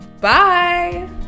bye